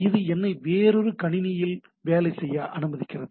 இது என்னை வேறொரு கணினியில் வேலை செய்ய அனுமதிக்கிறது